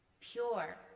Pure